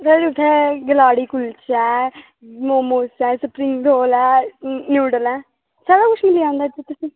एह् इत्थें कलाड़ी कुल्चा ऐ मोमोज़ ऐ स्प्रिंग रोल ऐ नूडल ऐ सारा कुछ मिली जंदा इत्थें